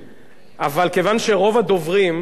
לא כולם, היו מהאופוזיציה,